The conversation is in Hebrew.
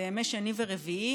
בימי שני ורביעי,